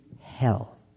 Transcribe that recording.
hell